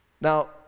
Now